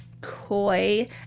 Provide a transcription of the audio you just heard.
coy